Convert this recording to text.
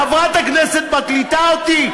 חברת הכנסת מקליטה אותי?